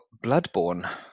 Bloodborne